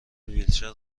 ویلچر